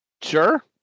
Sure